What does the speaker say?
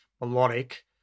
melodic